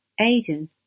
Aidan